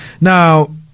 Now